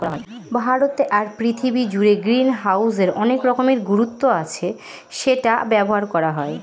ভারতে আর পৃথিবী জুড়ে গ্রিনহাউসের অনেক রকমের গুরুত্ব আছে সেটা ব্যবহার করা হয়